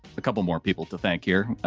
a couple more people to thank here.